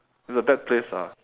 it's a bad place lah